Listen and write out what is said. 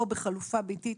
או בחלופה ביתית